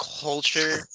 culture